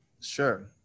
Sure